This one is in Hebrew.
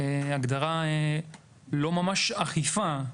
היא לא הגדרה ממש אכיפה.